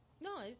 no